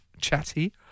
chatty